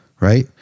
right